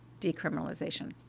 decriminalization